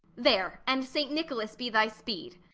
there and saint nicholas be thy speed.